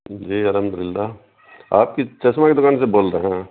جی الحمد للہ آپ کی چسمہ کی دکان سے بول رہے ہیں